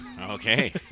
Okay